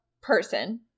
person